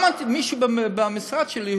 גם מישהו במשרד שלי,